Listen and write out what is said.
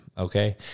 okay